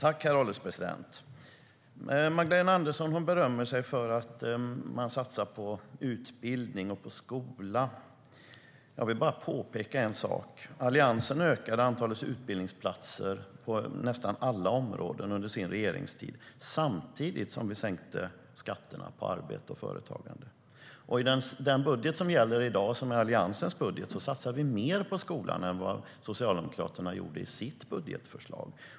Herr ålderspresident! Magdalena Andersson berömmer sig för att man satsar på utbildning och skola. Jag vill bara påpeka en sak: Alliansen ökade antalet utbildningsplatser på nästan alla områden under sin regeringstid samtidigt som vi sänkte skatterna på arbete och företagande.I den budget som gäller i dag, som är Alliansens budget, satsar vi mer på skolan än vad Socialdemokraterna gjorde i sitt budgetförslag.